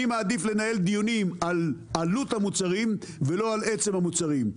אני מעדיף לנהל דיונים על עלות המוצרים ולא על עצם המוצרים.